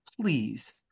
please